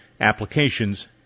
applications